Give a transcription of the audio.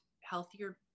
healthier